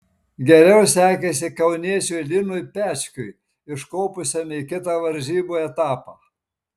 geriau sekėsi kauniečiui linui pečkiui iškopusiam į kitą varžybų etapą